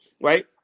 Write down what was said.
right